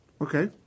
Okay